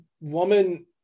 woman